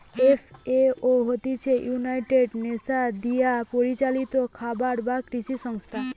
FAO হতিছে United Nations দিয়া পরিচালিত খাবার আর কৃষি সংস্থা